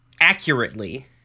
Accurately